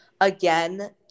again